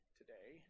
today